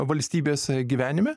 valstybės gyvenime